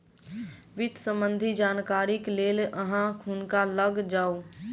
वित्त सम्बन्धी जानकारीक लेल अहाँ हुनका लग जाऊ